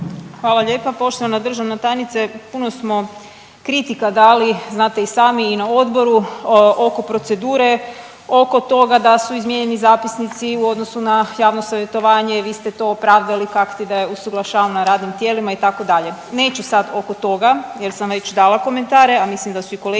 Hvala lijepa poštovana državna tajnice. Puno smo kritika dali, znate i sami i na odboru oko procedure, oko toga da su izmijenjeni zapisnici u odnosu na javno savjetovanje, vi ste to opravdali kakti da je usaglašavano na radnim tijelima itd. Neću sad oko toga, jer sam već dala komentare, a mislim da su i kolegice